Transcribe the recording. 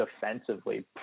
defensively